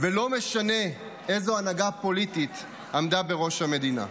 ולא משנה איזו הנהגה הפוליטית עמדה בראש המדינה.